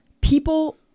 people